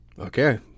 Okay